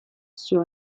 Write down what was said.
sur